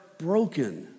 broken